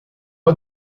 pas